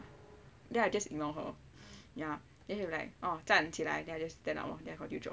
then I just ignore her ya then she was like ah 站起来 then I just stand up lor then I continue drawing